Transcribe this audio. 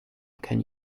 can